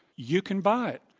you can buy it.